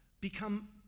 become